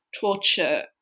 torture